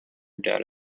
data